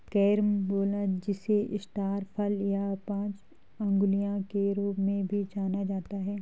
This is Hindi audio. कैरम्बोला जिसे स्टार फल या पांच अंगुलियों के रूप में भी जाना जाता है